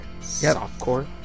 Softcore